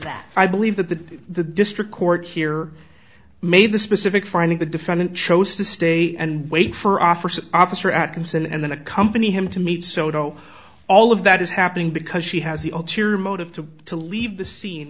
that i believe that the the district court here made the specific finding the defendant chose to stay and wait for officer officer atkinson and then accompany him to meet soto all of that is happening because she has the all cheery motive to to leave the scene